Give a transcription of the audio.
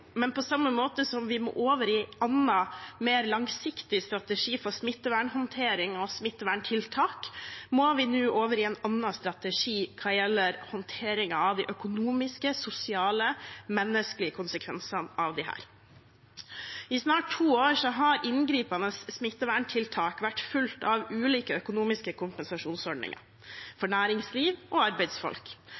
Men på samme måte som vi må over i en annen, mer langsiktig strategi for smittevernhåndtering og smitteverntiltak, må vi nå over i en annen strategi hva gjelder håndteringen av de økonomiske, sosiale og menneskelige konsekvensene av disse. I snart to år har inngripende smitteverntiltak vært fulgt av ulike økonomiske kompensasjonsordninger for næringsliv og arbeidsfolk.